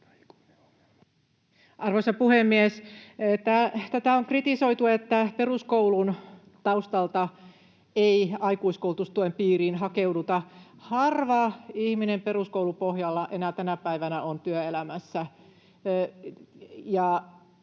Arvoisa puhemies! Tätä on kritisoitu, että peruskoulutaustalla ei aikuiskoulutustuen piiriin hakeuduta. Harva ihminen peruskoulupohjalla enää tänä päivänä on työelämässä,